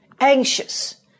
anxious